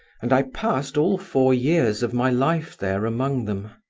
and i passed all four years of my life there among them.